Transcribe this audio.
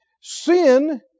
Sin